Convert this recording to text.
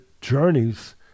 journeys